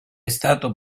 stato